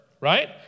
right